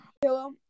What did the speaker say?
Hello